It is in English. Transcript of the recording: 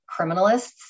criminalists